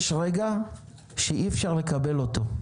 יש רגע שאי אפשר לקבל אותו.